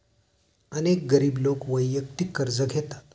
अनेक गरीब लोक वैयक्तिक कर्ज घेतात